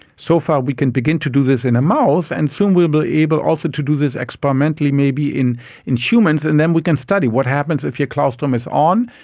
so far we can begin to do this in a mouse, and soon we will be able also to do this experimentally maybe in in humans, and then we can study what happens if your claustrum is on,